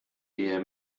der